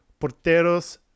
porteros